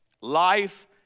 Life